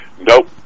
nope